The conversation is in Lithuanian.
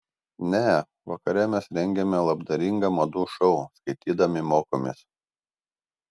ne vakare mes rengiame labdaringą madų šou skaitydami mokomės